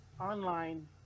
online